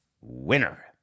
Winner